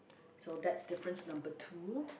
so that's difference number two